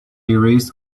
erased